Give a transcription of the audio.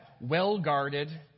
well-guarded